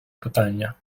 питання